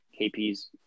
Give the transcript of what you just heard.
KP's